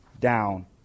down